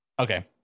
Okay